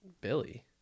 Billy